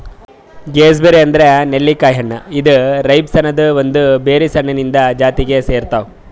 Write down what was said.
gooseberry ಅಂದುರ್ ನೆಲ್ಲಿಕಾಯಿ ಹಣ್ಣ ಇದು ರೈಬ್ಸ್ ಅನದ್ ಒಂದ್ ಬೆರೀಸ್ ಹಣ್ಣಿಂದ್ ಜಾತಿಗ್ ಸೇರ್ತಾವ್